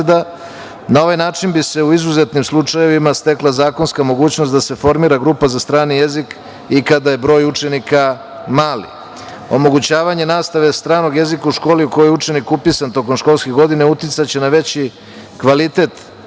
Na ovaj način bi se u izuzetnim slučajevima stekla zakonska mogućnost da se formira grupa za strani jezik i kada je broj učenika mali. Omogućavanje nastave stranog jezika u školi u kojoj je učenik upisan tokom školske godine uticaće na veći kvalitet učeničkih